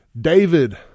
David